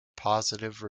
positive